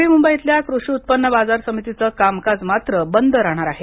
नवी मुंबईतल्या कृषी उत्पन्न बाजार समितीचं कामकाज मात्र बंद राहणार आहे